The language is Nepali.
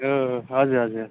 हो हो हो हजुर हजुर